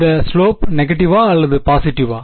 இந்த ஸ்லோப் நெகடிவா அல்லது பாஸிட்டிவா